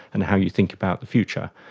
and how you think about the future.